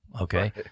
okay